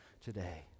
today